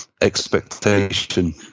expectation